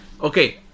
Okay